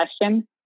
question